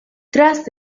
tras